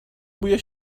بوی